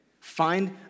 find